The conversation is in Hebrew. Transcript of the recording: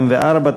144),